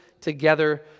together